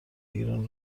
ایران